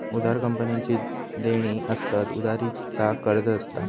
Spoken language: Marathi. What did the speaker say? उधार कंपनीची देणी असतत, उधारी चा कर्ज असता